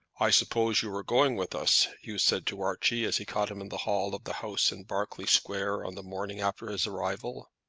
i suppose you are going with us? hugh said to archie, as he caught him in the hall of the house in berkeley square on the morning after his arrival.